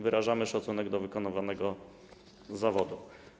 Wyrażamy szacunek do wykonywanego zawodu.